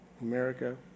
America